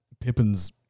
pippin's